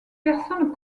personnes